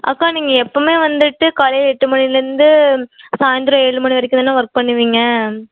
அக்கா நீங்கள் எப்போவுமே வந்துட்டு காலையில் எட்டு மணியில் இருந்து சாயந்திரம் ஏழு மணி வரைக்கும் தான ஒர்க் பண்ணுவீங்க